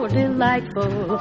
delightful